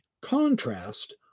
contrast